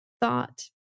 thought